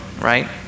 right